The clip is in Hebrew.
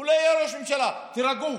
הוא לא יהיה ראש ממשלה, תירגעו.